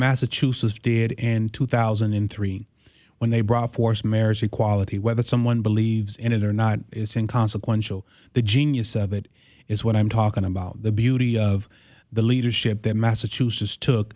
massachusetts did in two thousand and three when they brought force marriage equality whether someone believes in it or not is inconsequential the genius of it is what i'm talking about the beauty of the leadership that massachusetts took